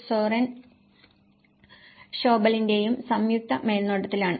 സോറൻ ഷോബലിന്റെയും സംയുക്ത മേൽനോട്ടത്തിലാണ്